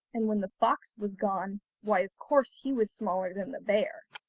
and when the fox was gone, why of course, he was smaller than the bear.